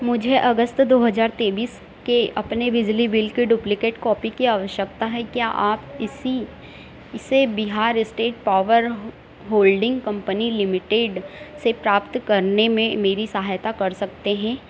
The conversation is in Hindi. मुझे अगस्त दो हज़ार तेइस के अपने बिजली बिल की डुप्लिकेट कॉपी की आवश्यकता है क्या आप इसी इसे Bihar state power holding company limited से प्राप्त करने में मेरी सहायता कर सकते हैं